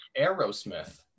Aerosmith